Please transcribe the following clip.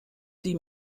die